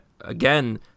again